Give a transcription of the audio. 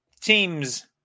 teams